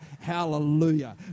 Hallelujah